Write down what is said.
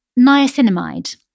niacinamide